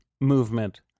movement